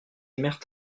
aimèrent